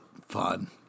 fun